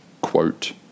quote